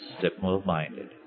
simple-minded